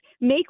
make